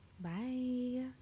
Bye